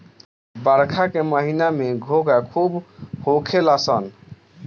बरखा के महिना में घोंघा खूब होखेल सन